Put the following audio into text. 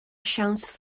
siawns